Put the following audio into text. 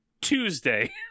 Tuesday